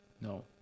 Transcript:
No